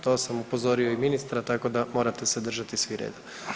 To sam upozorio i ministra, tako da morate se držati svi reda.